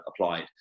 applied